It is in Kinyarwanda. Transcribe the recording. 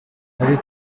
ari